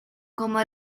como